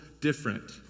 different